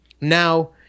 Now